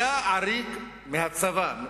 היה עריק מהצבא,